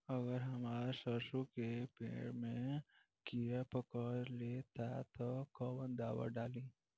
अगर हमार सरसो के पेड़ में किड़ा पकड़ ले ता तऽ कवन दावा डालि?